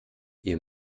ihr